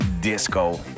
Disco